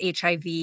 HIV